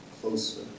closer